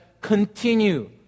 continue